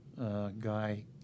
guy